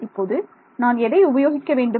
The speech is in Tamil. இப்போது நான் எதை உபயோகிக்க வேண்டும்